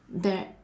that